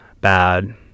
bad